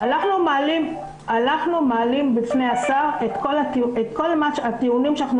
אנחנו מעלים בפני השר את כל הטיעונים שאנחנו